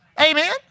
Amen